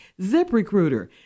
ZipRecruiter